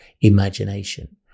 imagination